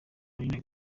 aline